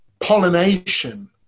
pollination